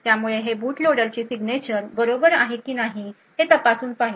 त्यामुळे हे बूट लोडरची सिग्नेचर बरोबर आहे कि नाही तपासून पाहिलं